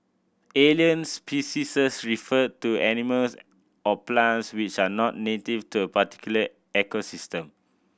alien species refer to animals or plants which are not native to a particular ecosystem